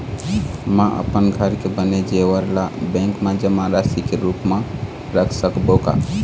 म अपन घर के बने जेवर ला बैंक म जमा राशि के रूप म रख सकबो का?